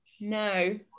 No